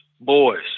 boys